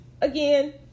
again